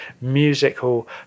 musical